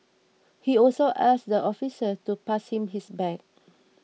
he also asked the officers to pass him his bag